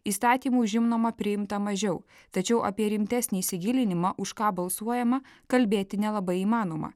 įstatymų žimnoma priimta mažiau tačiau apie rimtesnį įsigilinimą už ką balsuojama kalbėti nelabai įmanoma